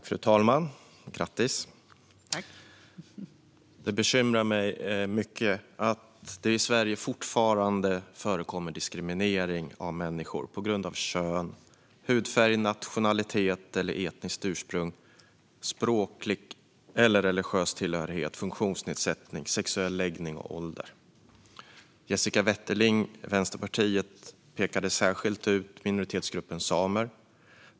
Fru talman! Grattis! Det bekymrar mig mycket att det i Sverige fortfarande förekommer diskriminering av människor på grund av kön, hudfärg, nationellt eller etniskt ursprung, språklig eller religiös tillhörighet, funktionsnedsättning, sexuell läggning och ålder. Jessica Wetterling, Vänsterpartiet, pekade särskilt ut minoritetsgruppen samer.